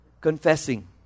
confessing